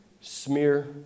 Smear